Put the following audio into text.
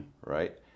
right